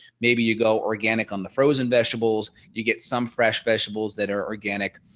maybe you go organic on the frozen vegetables, you get some fresh vegetables that are organic.